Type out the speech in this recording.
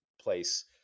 place